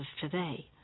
today